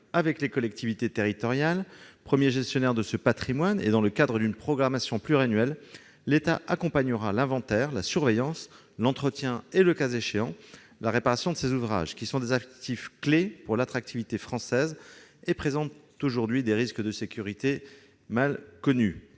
avec les collectivités territoriales, premiers gestionnaires de ce patrimoine, et dans le cadre d'une programmation pluriannuelle, l'État accompagnera l'inventaire, la surveillance, l'entretien et, le cas échéant, la réparation de ces ouvrages, qui sont des actifs clés pour l'attractivité française et présentent aujourd'hui des risques de sécurité mal connus.